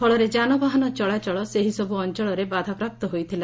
ଫଳରେ ଯାନବାହନ ଚଳାଚଳ ସେହିସବୁ ଅଅଳରେ ବାଧାପ୍ରାପ୍ତ ହୋଇଥିଲା